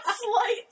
slight